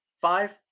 five